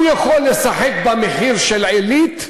הוא יכול לשחק במחיר של "עלית"?